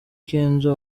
kenzo